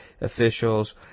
officials